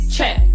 Check